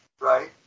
right